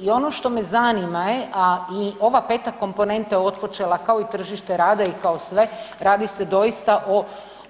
I ono što me zanima je, a i ova peta komponenta je otpočela kao i tržište rada i kao sve radi se doista o